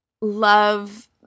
love